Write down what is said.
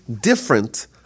different